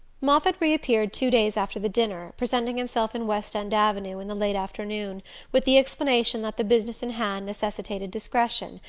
moffatt reappeared two days after the dinner, presenting himself in west end avenue in the late afternoon with the explanation that the business in hand necessitated discretion,